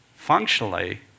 functionally